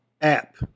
app